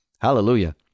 Hallelujah